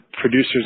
producers